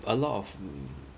a lot of mm